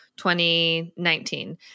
2019